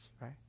right